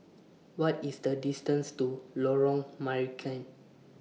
What IS The distance to Lorong Marican